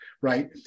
right